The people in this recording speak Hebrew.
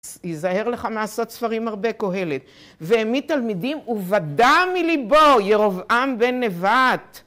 הזהר לך מעשות ספרים הרבה קהלת. והעמיד תלמידים ובדה מליבו ירבעם בן נבט.